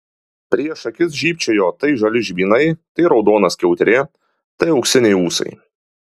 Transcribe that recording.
prieš akis žybčiojo tai žali žvynai tai raudona skiauterė tai auksiniai ūsai